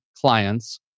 clients